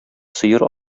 сыер